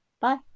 Bye